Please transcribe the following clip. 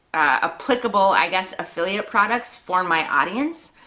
applicable i guess affiliate products for my audience,